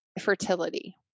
fertility